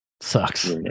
Sucks